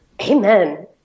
Amen